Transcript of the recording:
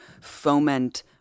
foment